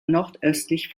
nordöstlich